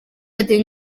ati